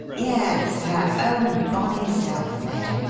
yes, her own bonny self, major,